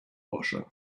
washer